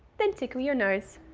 then tickle your nose.